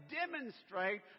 demonstrate